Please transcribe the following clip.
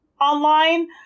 online